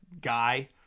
guy